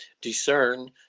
discern